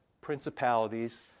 principalities